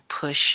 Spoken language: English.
push